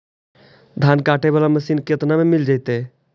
धान काटे वाला मशीन केतना में मिल जैतै?